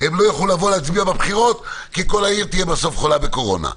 הם לא יוכלו לבוא להצביע בבחירות כי כל העיר תהיה בסוף חולה בקורונה.